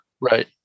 Right